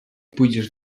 pójdziesz